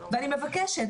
ואני מבקשת,